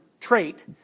trait